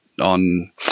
on